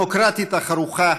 הדמוקרטית החרוכה